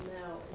now